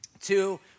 Two